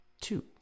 two